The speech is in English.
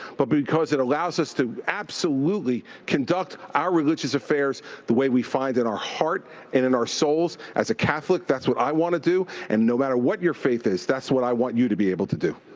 but because it allows us to absolutely conduct our religious affairs the way we find in our heart and in our souls. as a catholic, that's what i want to do. and no matter what your faith is, that's what i want you to be able to do.